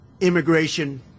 immigration